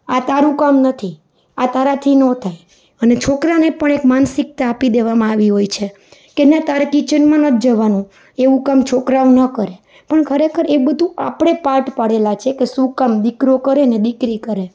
આ તારું કામ નથી આ તારાથી ન થાય અને છોકરાને પણ એક માનસિકતા આપી દેવામાં આવી હોય છે કે ના તારે કિચનમાં નથી જવાનું એવું કામ છોકરાઓ ન કરે પણ ખરેખર એ બધું આપણે પાર્ટ પાડેલા છે કે શું કામ દીકરો કરેને દીકરી કરે